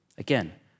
Again